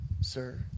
sir